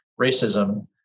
racism